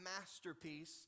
masterpiece